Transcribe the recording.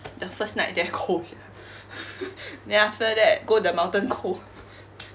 the first night there cold sia then after that go the mountain cold